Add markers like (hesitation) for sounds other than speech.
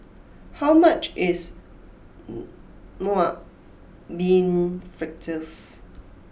how much is (hesitation) Mung Bean Fritters